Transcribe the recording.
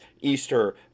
easter